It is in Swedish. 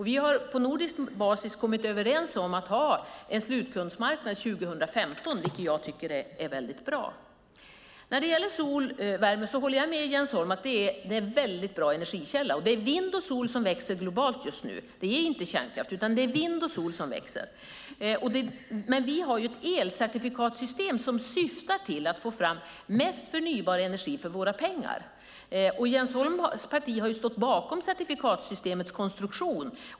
Vi har på nordisk basis kommit överens om att ha en slutkundsmarknad 2015, vilket jag tycker är väldigt bra. När det gäller solvärme håller jag med Jens Holm om att det är en väldigt bra energikälla, och det är vind och sol som växer globalt just nu. Det är inte kärnkraft, utan det är vind och sol som växer. Vi har dock ett elcertifikatssystem som syftar till att få fram mest förnybar energi för våra pengar, och Jens Holms parti har stått bakom certifikatsystemets konstruktion.